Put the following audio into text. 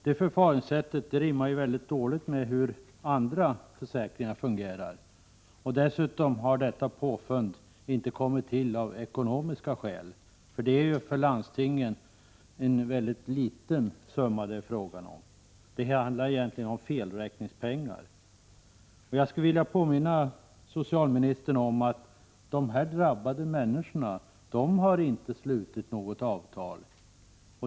Det förfaringssättet rimmar väldigt dåligt med hur andra försäkringar fungerar. Dessutom har detta påfund inte kommit till av ekonomiska skäl. För landstingen är det ju fråga om en ytterst liten summa. Det handlar egentligen om felräkningspengar. Jag skulle vilja påminna socialministern om att de drabbade människorna inte har slutit något avtal.